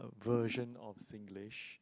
a version of Singlish